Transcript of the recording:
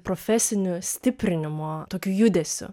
profesiniu stiprinimo tokiu judesiu